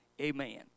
Amen